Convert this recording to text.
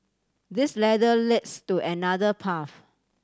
this ladder leads to another path